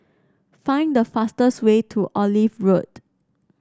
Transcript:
find the fastest way to Olive Road